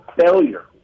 failure